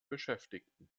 beschäftigten